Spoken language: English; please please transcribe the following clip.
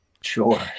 Sure